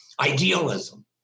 idealism